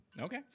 Okay